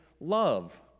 love